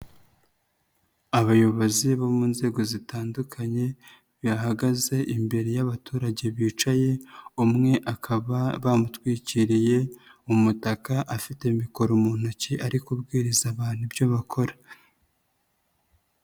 Abayobozi bo mu nzego zitandukanye bahagaze imbere y'abaturage bicaye, umwe akaba bamutwikiriye umutaka afite mikoro mu ntoki ari kubwiriza abantu ibyo bakora.